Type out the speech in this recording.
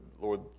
Lord